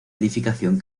edificación